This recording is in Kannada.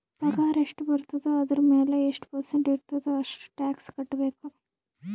ಪಗಾರ್ ಎಷ್ಟ ಬರ್ತುದ ಅದುರ್ ಮ್ಯಾಲ ಎಷ್ಟ ಪರ್ಸೆಂಟ್ ಇರ್ತುದ್ ಅಷ್ಟ ಟ್ಯಾಕ್ಸ್ ಕಟ್ಬೇಕ್